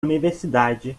universidade